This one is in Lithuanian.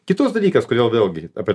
kitas dalykas kodėl vėlgi apie